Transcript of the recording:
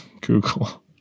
Google